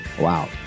Wow